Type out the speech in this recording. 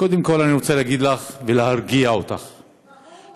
ליוצאי אתיופיה בישראל כאילו הם בקטגוריה של קליטה אין-סופית.